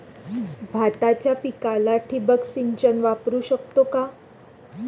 भाताच्या पिकाला ठिबक सिंचन वापरू शकतो का?